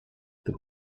the